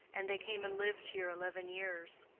and they came and lived here eleven years.